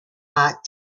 hot